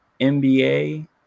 NBA